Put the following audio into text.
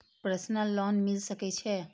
Personal loan मिल सके छे?